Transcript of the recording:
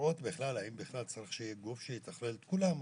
לבדוק האם צריך שיהיה גוף שיתחלל את כולם.